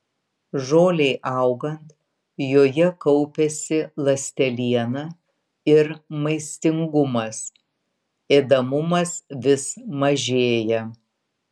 žolei augant joje kaupiasi ląsteliena ir maistingumas ėdamumas vis mažėja